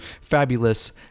Fabulous